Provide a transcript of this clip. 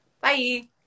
Bye